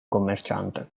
commerciante